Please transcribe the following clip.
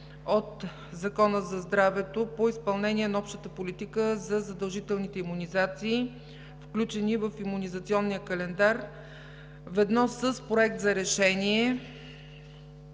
от Закона за здравето по изпълнение на общата политика за задължителните имунизации, включени в Имунизационния календар, ведно с Проект за решение